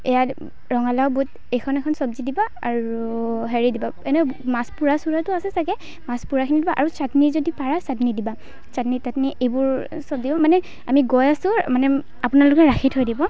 এয়া ৰঙালাও বুট এইখন এখন চব্জি দিবা আৰু হেৰি দিবা এনে মাছ পোৰা চোৰাটো আছে চাগে মাছ পোৰাখিনি দিবা আৰু চাটনি যদি পাৰা চাটনি দিবা চাটনি তাতনি এইবোৰ চলেও মানে আমি গৈ আছোঁ মানে আপোনালোকে ৰাখি থৈ দিব